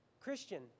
Christian